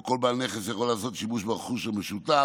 כך שכל בעל נכס יכול לעשות שימוש ברכוש המשותף.